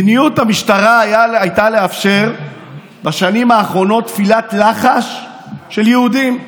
מדיניות המשטרה הייתה לאפשר בשנים האחרונות תפילת לחש של יהודים.